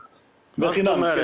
בחינם,